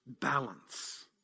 balance